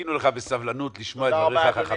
חיכינו לך בסבלנות לשמוע את דבריך החכמים.